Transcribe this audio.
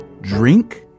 drink